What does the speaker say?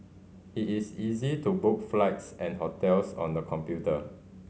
it is easy to book flights and hotels on the computer